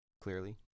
Clearly